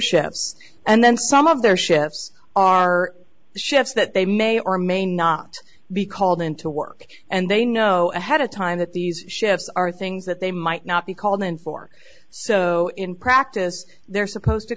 shifts and then some of their shifts are shifts that they may or may not be called into work and they know ahead of time that these shifts are things that they might not be called in for so in practice they're supposed to